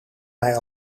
mij